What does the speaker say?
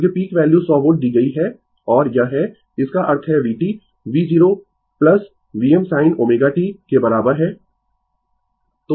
क्योंकि peak value 100 volt दी गयी है और यह है इसका अर्थ है vt V0 Vm sin ω t के बराबर है